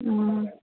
অঁ